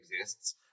exists